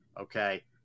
Okay